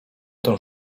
ten